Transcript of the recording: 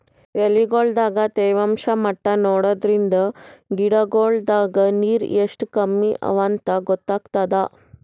ಎಲಿಗೊಳ್ ದಾಗ ತೇವಾಂಷ್ ಮಟ್ಟಾ ನೋಡದ್ರಿನ್ದ ಗಿಡಗೋಳ್ ದಾಗ ನೀರ್ ಎಷ್ಟ್ ಕಮ್ಮಿ ಅವಾಂತ್ ಗೊತ್ತಾಗ್ತದ